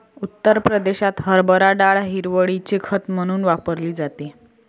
उत्तर प्रदेशात हरभरा डाळ हिरवळीचे खत म्हणून वापरली जाते